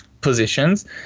positions